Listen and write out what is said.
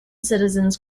citizens